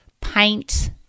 paint